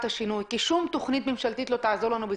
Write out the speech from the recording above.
השינוי כי שום תכנית ממשלתית לא תעזור לנו,